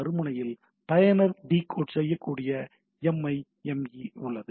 மறுமுனையில் பயனர் டிகோட் செய்யக்கூடிய எம்ஐஎம்ஈ உள்ளது